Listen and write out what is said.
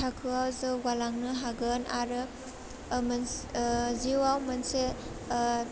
थाखोआव जौगालांनो हागोन आरो ओह मोनस ओह जिउआव मोनसे ओह